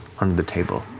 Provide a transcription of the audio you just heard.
on the table.